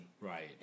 Right